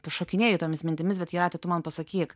pašokinėju tomis mintimis bet jūrate tu man pasakyk